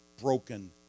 broken